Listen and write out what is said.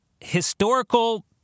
historical